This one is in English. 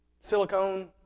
Silicone